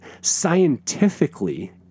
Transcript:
scientifically